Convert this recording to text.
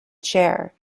chair